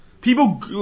People